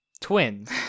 twins